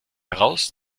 heraus